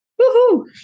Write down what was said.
Woohoo